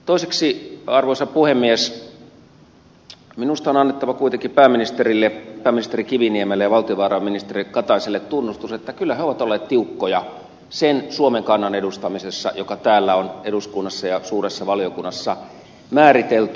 toiseksi arvoisa puhemies minusta on annettava kuitenkin pääministeri kiviniemelle ja valtiovarainministeri kataiselle tunnustus että kyllä he ovat olleet tiukkoja sen suomen kannan edustamisessa joka täällä on eduskunnassa ja suuressa valiokunnassa määritelty